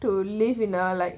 to live in a like